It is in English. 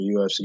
UFC